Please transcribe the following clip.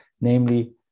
namely